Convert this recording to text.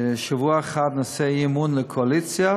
ששבוע אחד נעשה אי-אמון בקואליציה